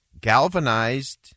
galvanized